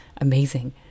amazing